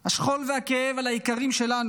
השכול והכאב על היקרים שלנו,